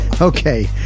Okay